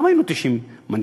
גם היינו 90 מנדטים,